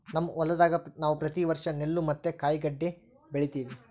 ನಮ್ಮ ಹೊಲದಾಗ ನಾವು ಪ್ರತಿ ವರ್ಷ ನೆಲ್ಲು ಮತ್ತೆ ಕಾಯಿಗಡ್ಡೆ ಬೆಳಿತಿವಿ